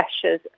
pressures